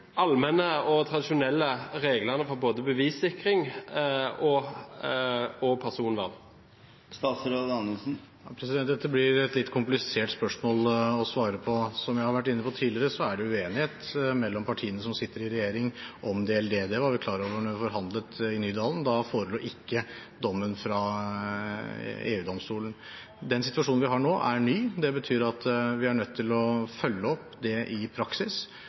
allmenne og tradisjonelle reglene for både bevissikring og personvern? Dette blir et litt komplisert spørsmål å svare på. Som jeg har vært inne på tidligere, er det uenighet mellom partiene som sitter i regjering om DLD. Det var vi klar over da vi forhandlet i Nydalen. Da forelå ikke dommen fra EU-domstolen. Den situasjonen vi har nå, er ny, og det betyr at vi er nødt til å følge opp dette i praksis,